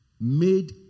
made